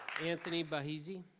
anthony bahezi?